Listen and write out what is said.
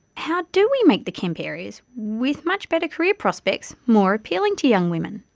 how do we make the cemp areas, with much better career prospects, more appealing to young women?